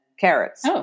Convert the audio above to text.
carrots